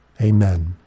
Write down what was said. amen